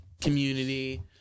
community